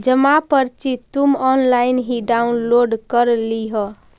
जमा पर्ची तुम ऑनलाइन ही डाउनलोड कर लियह